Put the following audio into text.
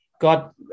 God